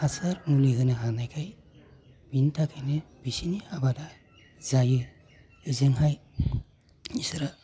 हासार मुलि होनो हानायखाय बिनि थाखायनो बिसिनि आबादा जायो ओजोंहाय बिसोरो